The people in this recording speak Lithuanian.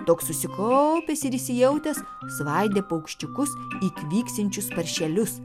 toks susikaupęs ir įsijautęs svaidė paukščiukus į vyksiančius paršelius